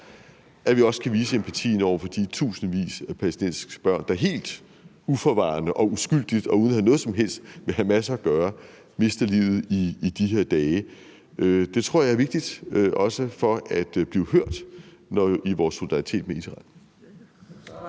op – også kan vise empatien over for de tusindvis af palæstinensiske børn, der helt uforvarende og uskyldigt og uden at have noget som helst med Hamas at gøre mister livet i de her dage. Det tror jeg er vigtigt også for at blive hørt i vores solidaritet med Israel.